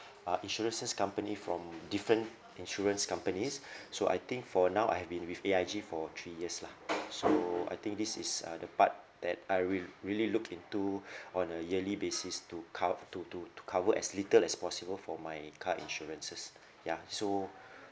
uh insurances company from different insurance companies so I think for now I have been with A_I_G for three years lah so I think this is uh the part that I will really look into on a yearly basis to cov~ to to to cover as little as possible for my car insurances ya so